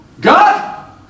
God